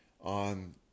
on